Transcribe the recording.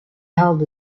held